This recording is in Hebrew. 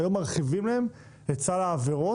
היום מרחיבים להם את סל העבירות,